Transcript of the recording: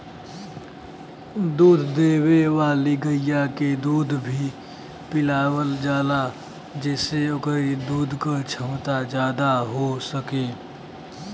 दूध देवे वाली गइया के दूध भी पिलावल जाला जेसे ओकरे दूध क छमता जादा हो सके